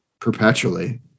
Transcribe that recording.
perpetually